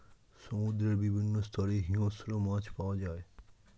সমুদ্রের বিভিন্ন স্তরে হিংস্র মাছ পাওয়া যায়